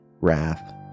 wrath